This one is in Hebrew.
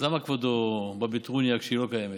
אז למה כבודו בא בטרוניה כשהיא לא קיימת?